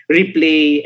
replay